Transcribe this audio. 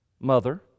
mother